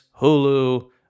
Hulu